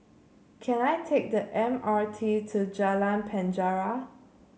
can I take the M R T to Jalan Penjara